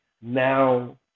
now